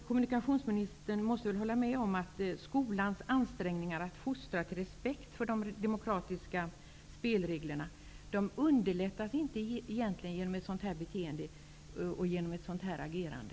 Kommunikationsministern måste hålla med om att skolans ansträngningar att fostra till respekt för de demokratiska spelreglerna inte underlättas genom ett sådant här agerande.